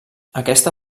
aquesta